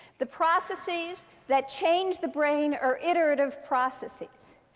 the processes that change the brain are iterative processes.